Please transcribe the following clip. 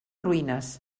ruïnes